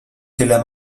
tyle